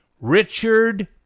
Richard